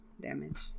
damage